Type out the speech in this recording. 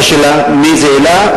השאלה היא באיזו עילה,